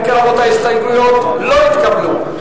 אם כן, ההסתייגויות לא התקבלו.